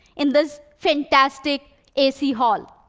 in this fantastic a c hall.